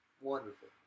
Wonderful